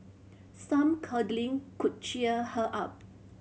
some cuddling could cheer her up